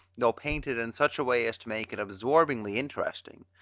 though painted in such a way as to make it absorbingly interesting,